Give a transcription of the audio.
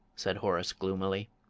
said horace, gloomily.